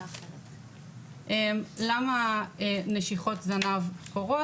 למה נשיכות זנב קורות?